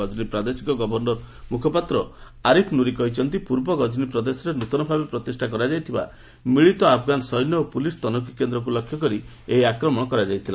ଗଜନୀ ପ୍ରାଦେଶିକ ଗଭର୍ଣ୍ଣରଙ୍କ ମୁଖପାତ୍ର ଆରିଫ୍ ନୁରି କହିଛନ୍ତି ପୂର୍ବ ଗଜନୀ ପ୍ରଦେଶରେ ନୃତନ ଭାବେ ପ୍ରତିଷ୍ଠା କରାଯାଇଥିବା ମିଳିତ ଆଫଗାନ ସୈନ୍ୟ ଓ ପୁଲିସ୍ ତନଖି କେନ୍ଦ୍ରକୁ ଲକ୍ଷ୍ୟ କରି ଏହି ଆକ୍ରମଣ କରାଯାଇଥିଲା